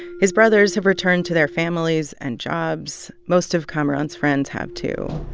his brothers have returned to their families and jobs. most of kamaran's friends have, too.